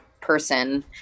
person